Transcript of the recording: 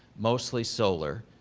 mostly solar,